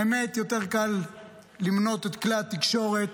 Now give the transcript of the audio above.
האמת, יותר קל למנות את כלי התקשורת